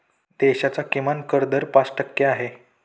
देशाचा किमान कर दर पाच टक्के आहे